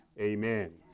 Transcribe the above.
Amen